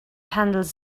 handles